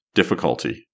difficulty